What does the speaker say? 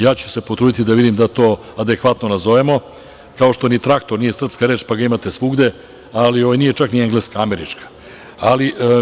Ja ću se potruditi da vidim da to adekvatno nazovemo, kao što ni traktor nije srpska reč, pa ga imate svugde, ali nije čak ni engleska reč, američka je.